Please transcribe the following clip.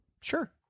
Sure